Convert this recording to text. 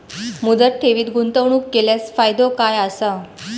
मुदत ठेवीत गुंतवणूक केल्यास फायदो काय आसा?